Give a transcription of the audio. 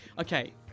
Okay